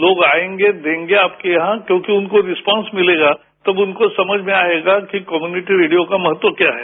लोग आयेंगे देंगे आपके यहां क्योंकि उनको रेस्पांस मिलेगा तब उनको समझ में आयेगा कि कम्यूनिटी रेडियो का महत्व क्या है